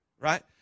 right